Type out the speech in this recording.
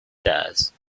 dies